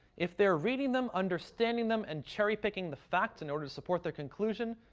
if they're reading them, understanding them, and cherry picking the facts in order to support their conclusion,